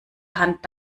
hand